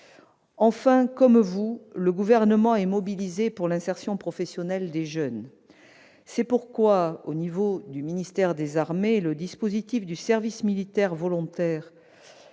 Enfin, comme vous, le Gouvernement est mobilisé pour l'insertion professionnelle des jeunes. C'est pourquoi le dispositif du service militaire volontaire